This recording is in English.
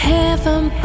Heaven